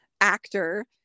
actor